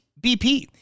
BP